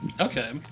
Okay